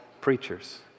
preachers